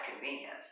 convenient